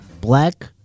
Black